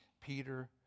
Peter